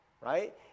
right